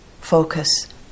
focus